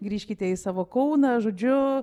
grįžkite į savo kauną žodžiu